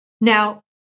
Now